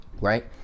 right